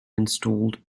installed